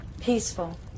peaceful